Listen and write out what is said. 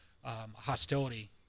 hostility